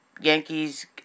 Yankees